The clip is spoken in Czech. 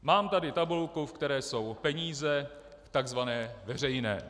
Mám tady tabulku, ve které jsou peníze tzv. veřejné.